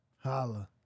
Holla